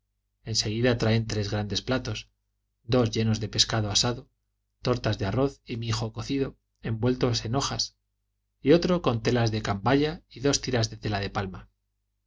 en seguida traen tres grandes platos dos llenos de pescado asado tortas de arroz y mijo cocido envueltos en hojas y otro con telas de cambaya y dos tiras de tela de palma